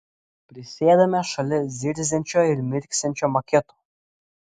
prisėdame šalia zirziančio ir mirksinčio maketo